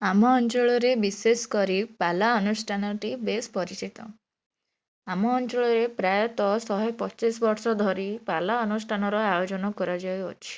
ଆମ ଅଞ୍ଚଳରେ ବିଶେଷ କରି ପାଲା ଅନୁଷ୍ଠାନଟି ବେସ୍ ପରିଚିତ ଆମ ଅଞ୍ଚଳରେ ପ୍ରାୟତଃ ଶହେ ପଚିଶ ବର୍ଷ ଧରି ପାଲା ଅନୁଷ୍ଠାନର ଆୟୋଜନ କରାଯାଉଅଛି